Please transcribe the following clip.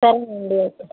సరేనండి అయితే